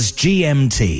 gmt